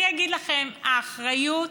אני אגיד לכם, האחריות